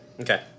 Okay